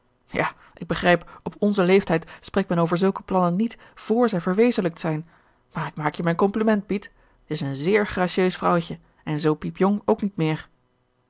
ja ik begrijp op onzen leeftijd spreekt men over zulke plannen niet vr zij verwezenlijkt zijn maar ik maak je mijn compliment piet t is een zeer gracieus vrouwtje en zoo piepjong ook niet meer